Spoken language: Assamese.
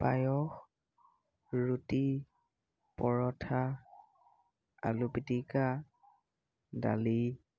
পায়স ৰুটি পৰঠা আলু পিটিকা দালি